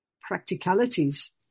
practicalities